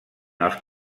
els